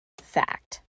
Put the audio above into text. fact